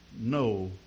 No